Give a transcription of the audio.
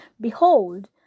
Behold